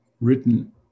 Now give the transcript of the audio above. Written